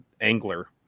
Angler